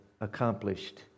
accomplished